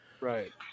Right